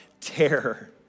terror